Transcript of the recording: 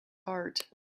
heart